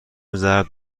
ضرب